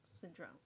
syndrome